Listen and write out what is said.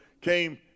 came